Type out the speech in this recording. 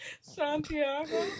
Santiago